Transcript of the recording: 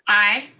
aye.